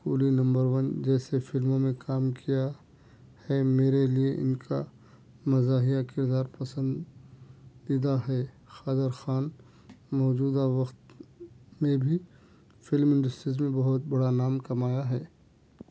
Quli number one جیسے فلموں میں کام کیا ہے میرے لیے ان کا مزاحیہ کردار پسندیدہ ہے قادر خان موجودہ وقت میں بھی فلم انڈسٹریز میں بہت بڑا نام کمایا ہے